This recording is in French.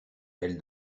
elle